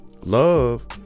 love